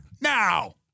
now